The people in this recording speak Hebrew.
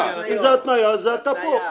אם זה התניה, זה אתה פה.